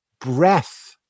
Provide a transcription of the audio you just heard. breath